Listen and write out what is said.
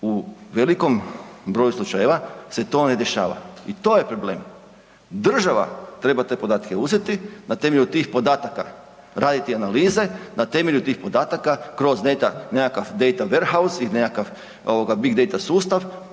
u velikom broju slučajeva se to ne dešava i to je problem. Država treba te podatke uzeti, na temelju tih podataka raditi analize, na temelju tih podataka kroz nekakav date warehouse ili nekakav big date sustav